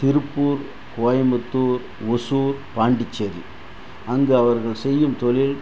திருப்பூர் கோயம்பத்தூர் ஒசூர் பாண்டிச்சேரி அங்கு அவர்கள் செய்யும் தொழில்